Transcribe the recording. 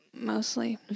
Mostly